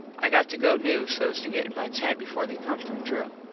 i got to go new sos to get in my tent before they come from drill.